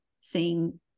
seeing